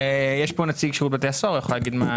נמצא כאן נציג שירות בתי הסוהר והוא יוכל להתייחס.